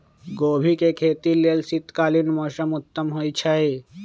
गोभी के खेती लेल शीतकालीन मौसम उत्तम होइ छइ